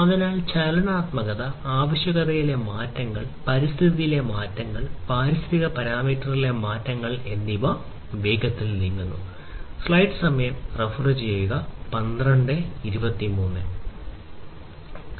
അതിനാൽ ചലനാത്മകത ആവശ്യകതകളിലെ മാറ്റങ്ങൾ പരിസ്ഥിതിയിലെ മാറ്റങ്ങൾ പാരിസ്ഥിതിക പാരാമീറ്ററുകളിലെ മാറ്റങ്ങൾ എന്നിവയിൽ വളരെ വേഗത്തിൽ നീങ്ങുന്നു